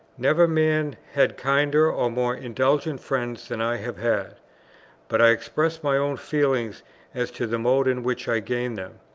never man had kinder or more indulgent friends than i have had but i expressed my own feeling as to the mode in which i gained them,